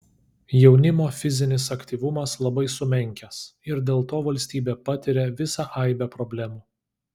jaunimo fizinis aktyvumas labai sumenkęs ir dėl to valstybė patiria visą aibę problemų